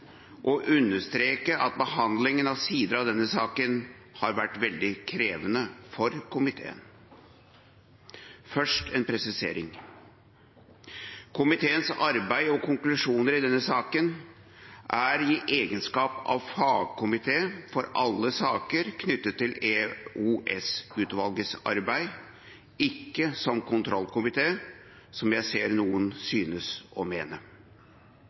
å understreke at behandlingen av sider av denne saken har vært veldig krevende for komiteen. Først en presisering: Komiteens arbeid og konklusjoner i denne saken er i egenskap av fagkomité for alle saker knyttet til EOS-utvalgets arbeid, ikke som kontrollkomité, som jeg ser noen synes å mene.